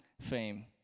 fame